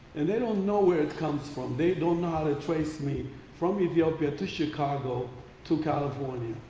and they don't know where it comes from. they don't know how to trace me from ethiopia to chicago to california,